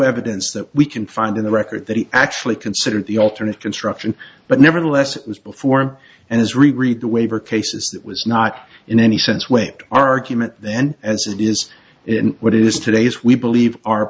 evidence that we can find in the record that he actually considered the alternate construction but nevertheless it was before him and his read read the waiver cases that was not in any sense waived argument then as it is in what is today's we believe our